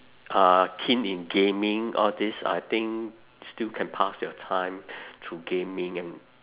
are keen in gaming all these I think still can pass your time through gaming and